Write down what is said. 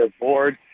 board